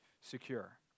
secure